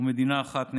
ומדינה אחת נעדרה.